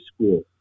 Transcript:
school